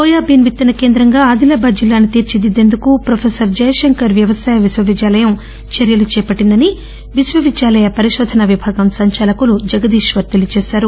నోయాబీన్ విత్తన కేంద్రంగా ఆదిలాబాద్ జిల్లాను తీర్చిదిద్దేందుకు ప్రొఫెసర్ జయశంకర్ వ్యవసాయ విశ్వ విద్యాలయం చర్యలు చేపట్టిందని విశ్వ విద్యాలయ పరిశోధన విభాగం సంచాలకులు జగదీశ్వర్ తెలిపారు